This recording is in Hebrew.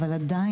אבל עדיין,